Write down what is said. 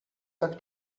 tak